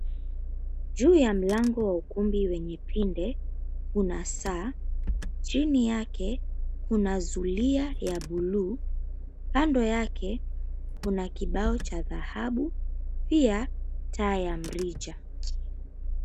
Juu ya mlango wa ukumbi wenye pinde kuna saa, chini yake kuna zulia ya buluu, kando yake kibao cha dhahabu pia taa ya mrija.